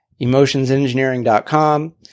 emotionsengineering.com